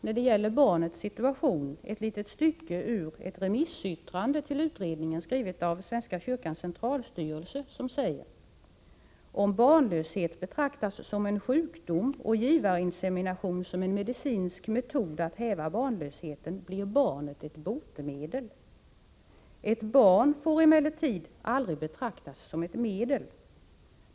När det gäller barnens situation vill jag citera ett litet stycke ur ett remissyttrande till utredningen som är skrivet av Svenska kyrkans centralstyrelse: ”Om barnlöshet betraktas som en sjukdom och givarinseminationen som en medicinsk metod att häva barnlösheten, blir barnet ett botemedel. Ett barn får emellertid ——— aldrig betraktas som ett medel.